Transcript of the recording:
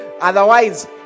Otherwise